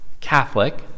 Catholic